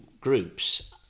groups